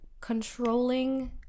controlling